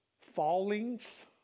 fallings